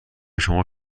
شما